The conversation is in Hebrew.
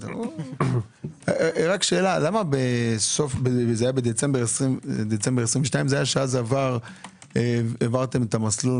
אגב, זה היה בדצמבר 22 שהעברתם את המסלול